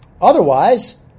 Otherwise